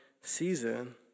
season